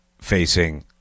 facing